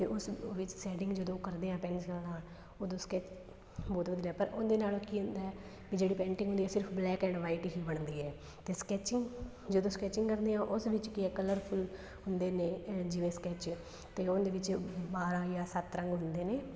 ਅਤੇ ਉਸ ਵਿੱਚ ਸੈਟਿੰਗ ਜਦੋਂ ਕਰਦੇ ਹਾਂ ਪੈਂਸਿਲ ਨਾਲ ਉਦੋਂ ਸਕੈਚ ਬਹੁਤ ਵਧੀਆ ਪਰ ਉਹਦੇ ਨਾਲ ਕੀ ਹੁੰਦਾ ਜਿਹੜੀ ਪੇਂਟਿੰਗ ਹੁੰਦੀ ਆ ਸਿਰਫ ਬਲੇਕ ਐਂਡ ਵਾਈਟ ਹੀ ਬਣਦੀ ਹੈ ਅਤੇ ਸਕੈਚਿੰਗ ਜਦੋਂ ਸਕੈਚਿੰਗ ਕਰਦੇ ਹਾਂ ਉਸ ਵਿੱਚ ਕੀ ਆ ਕਲਰਫੁਲ ਹੁੰਦੇ ਨੇ ਜਿਵੇਂ ਸਕੈਚ ਅਤੇ ਉਹਦੇ ਵਿੱਚ ਬਾਰ੍ਹਾਂ ਜਾਂ ਸੱਤ ਰੰਗ ਹੁੰਦੇ ਨੇ